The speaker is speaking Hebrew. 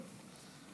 תודה.